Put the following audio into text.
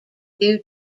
due